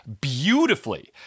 beautifully